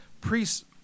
Priests